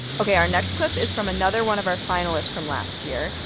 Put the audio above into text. ok, our next clip is from another one of our finalists from last year.